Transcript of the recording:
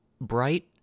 bright